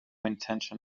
intention